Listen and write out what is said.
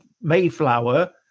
mayflower